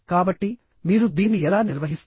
కాబట్టిమీరు దీన్ని ఎలా నిర్వహిస్తారు